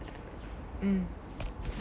mm